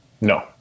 No